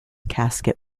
casket